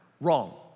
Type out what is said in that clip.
Wrong